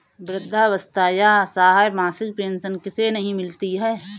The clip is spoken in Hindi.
वृद्धावस्था या असहाय मासिक पेंशन किसे नहीं मिलती है?